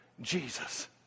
Jesus